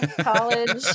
college